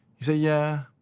he said, yeah.